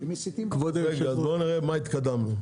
בואו נראה מה התקדמנו.